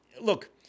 Look